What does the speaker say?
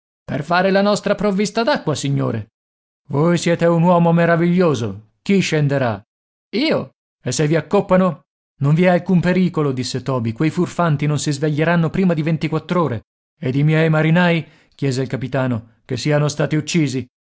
per fare la nostra provvista d'acqua signore voi siete un uomo meraviglioso chi scenderà io e se vi accoppano non vi è alcun pericolo disse toby quei furfanti non si sveglieranno prima di ventiquattro ore ed i miei marinai chiese il capitano che siano stati uccisi